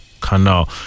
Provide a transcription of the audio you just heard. canal